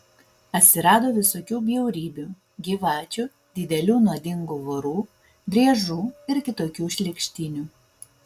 atsirado visokių bjaurybių gyvačių didelių nuodingų vorų driežų ir kitokių šlykštynių